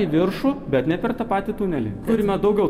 į viršų bet ne per tą patį tunelį turime daugiau